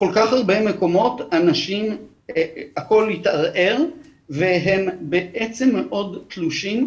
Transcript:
בכל כך הרבה מקומות הכל התערער והם מאוד תלושים,